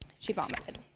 she vomited.